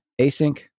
async